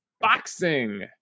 Boxing